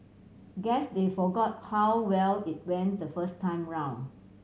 guess they forgot how well it went the first time round